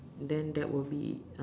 then that will be uh